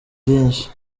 ryinshi